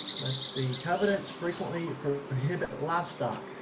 let's see. covenants frequently prohibit livestock.